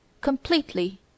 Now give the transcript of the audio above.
completely